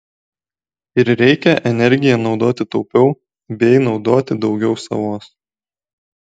ir reikia energiją naudoti taupiau bei naudoti daugiau savos